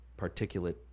particulate